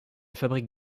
fabrique